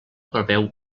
preveu